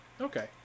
Okay